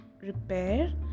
repair